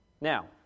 Now